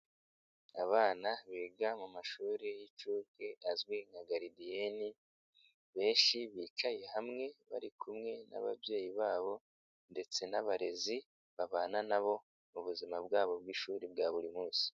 Abana biga mu mashuri y'inshuke azwi nka garidiyeni, benshi bicaye hamwe, bari kumwe n'ababyeyi babo ndetse n'abarezi babana nabo mu buzima bwabo bw'ishuri bwa buri munsi.